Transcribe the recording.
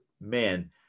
man